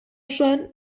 osoan